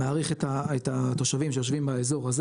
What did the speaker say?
מעריך את התושבים שיושבים באזור הזה,